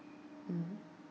mm